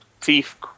thief